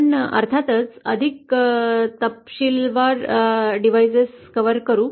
आपण अर्थातच अधिक तपशीलासह डिव्हाइस कव्हर करू